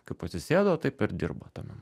kaip atsisėdo taip ir dirba tame